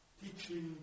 teaching